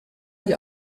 agli